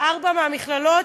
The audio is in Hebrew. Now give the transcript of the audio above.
וארבע מהמכללות